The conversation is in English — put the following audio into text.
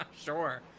sure